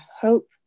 hope